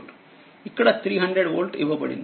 ఇక్కడ300 వోల్ట్ఇవ్వబడింది